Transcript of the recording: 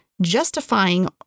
Justifying